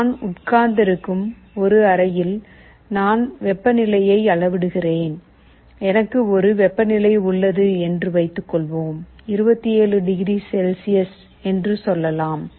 நான் உட்கார்ந்திருக்கும் ஒரு அறையில் நான் வெப்பநிலையை அளவிடுகிறேன் எனக்கு ஒரு வெப்பநிலை உள்ளது என்று வைத்துக்கொள்வோம் 27 டிகிரி செல்சியஸ் என்று சொல்லலாம்